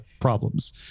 problems